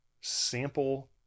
sample